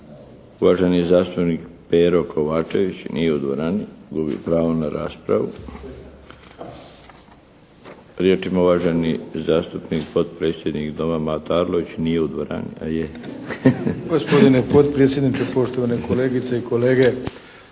Uvaženi zastupnik Pero Kovačević. Nije u dvorani. Gubi pravo na raspravu. Riječ ima uvaženi zastupnik, potpredsjednik Doma, Mato Arlović. Nije u dvorani. A je!